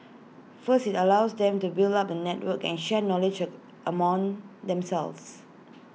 first IT allows them to build up the network and share knowledge among themselves